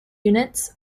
units